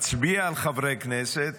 מצביע על חברי כנסת